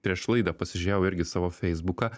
prieš laidą pasižiūrėjau irgi savo feisbuką